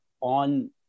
on